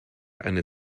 eine